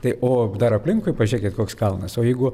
tai o dar aplinkui pažiūrėkit koks kalnas o jeigu